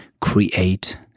create